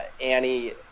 Annie